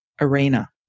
arena